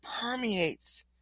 permeates